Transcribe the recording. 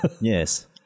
Yes